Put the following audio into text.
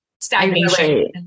stagnation